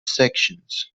sections